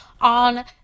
on